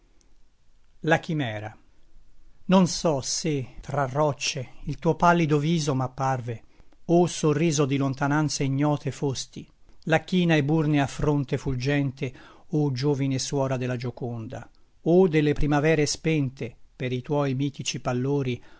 la chimera non so se tra roccie il tuo pallido viso m'apparve o sorriso di lontananze ignote fosti la china eburnea fronte fulgente o giovine suora de la gioconda o delle primavere spente per i tuoi mitici pallori